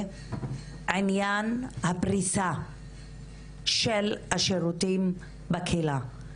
את עניין הפריסה של השירותים בקהילה?